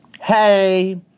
Hey